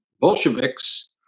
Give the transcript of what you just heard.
Bolsheviks